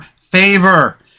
favor